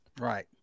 Right